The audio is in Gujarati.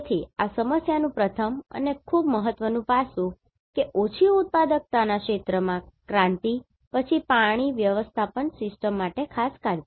તેથી આ સમસ્યાનું પ્રથમ અને ખૂબ મહત્વનું પાસું એ છે કે ઓછી ઉત્પાદકતાના ક્ષેત્રમાં ક્રાંતિ પછી પાણી વ્યવસ્થાપન સિસ્ટમ માટે ખાસ કાળજી